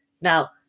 Now